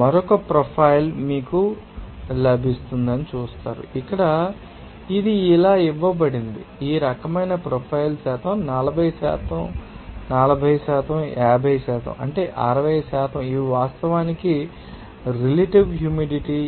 మరొక ప్రొఫైల్ మీకు లభిస్తుందని మీరు చూస్తారు ఇక్కడ ఇది ఇలా ఇవ్వబడింది ఈ రకమైన ప్రొఫైల్ శాతం 40 40 50 అంటే 60 ఇవి వాస్తవానికి రిలేటివ్ హ్యూమిడిటీ